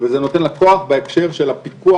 וזה נותן לה כוח בהקשר של הפיקוח